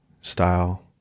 style